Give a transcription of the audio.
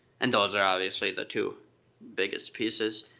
and those are obviously the two biggest pieces.